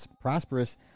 prosperous